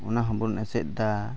ᱚᱱᱟ ᱦᱚᱸ ᱵᱚᱱ ᱮᱥᱮᱫ ᱫᱟ